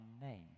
name